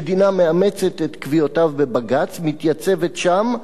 המדינה מאמצת את קביעותיו בבג"ץ, מתייצבת שם,